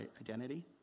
identity